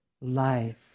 life